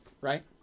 right